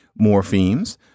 morphemes